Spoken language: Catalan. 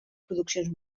produccions